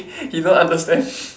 he don't understand